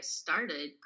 started